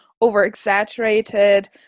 over-exaggerated